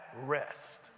Rest